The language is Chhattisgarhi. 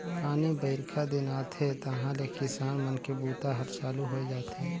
पानी बाईरखा दिन आथे तहाँले किसान मन के बूता हर चालू होए जाथे